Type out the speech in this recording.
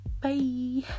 Bye